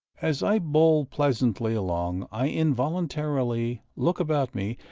as i bowl pleasantly along i involuntarily look about me,